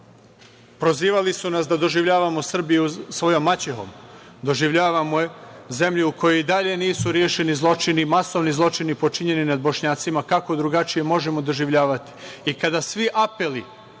reše. Prozivali su nas da doživljavamo Srbiju svojom maćehom, doživljavamo je zemljom u kojoj i dalje nisu rešeni zločini, masovni zločini počinjeni nad Bošnjacima. Kako je drugačije možemo doživljavati? I kada svi apeli,